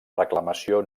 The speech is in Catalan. reclamació